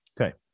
Okay